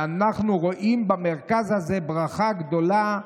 ואנחנו רואים במרכז הזה ברכה גדולה.